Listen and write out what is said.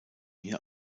hier